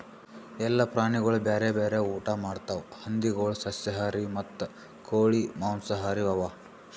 ಎಲ್ಲ ಪ್ರಾಣಿಗೊಳ್ ಬ್ಯಾರೆ ಬ್ಯಾರೆ ಊಟಾ ಮಾಡ್ತಾವ್ ಹಂದಿಗೊಳ್ ಸಸ್ಯಾಹಾರಿ ಮತ್ತ ಕೋಳಿ ಮಾಂಸಹಾರಿ ಅವಾ